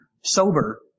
sober